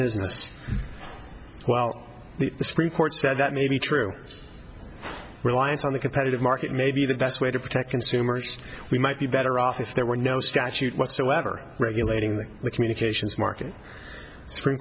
business well the supreme court said that may be true reliance on the competitive market may be the best way to protect consumers we might be better off if there were no statute whatsoever regulating the communications market